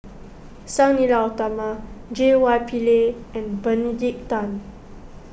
Sang Nila Utama J Y Pillay and Benedict Tan